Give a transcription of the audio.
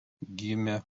gimė